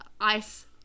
ice